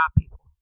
people